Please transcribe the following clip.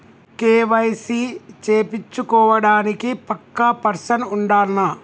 KYC చేపిచ్చుకోవడానికి పక్కా person ఉండాల్నా?